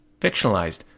fictionalized